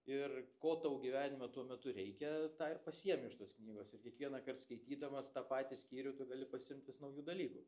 ir ko tau gyvenime tuo metu reikia tą ir pasijami iš tos knygos ir kiekvienąkart skaitydamas tą patį skyrių tu gali pasiimt vis naujų dalykų